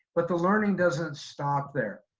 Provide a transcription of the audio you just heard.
but the learning doesn't stop there.